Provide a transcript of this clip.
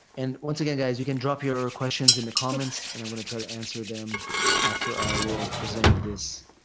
and once again, guys, you can drop your ah questions in the comments and i'm going to try to answer them after i will present this